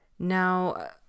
Now